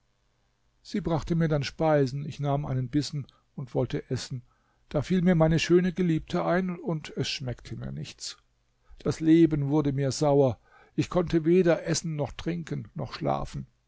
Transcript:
sie brachte mir dann speisen ich nahm einen bissen und wollte essen da fiel mir meine schöne geliebte ein und es schmeckte mir nichts das leben wurde mir sauer ich konnte weder essen noch trinken noch schlafen